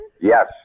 Yes